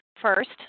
First